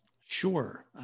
Sure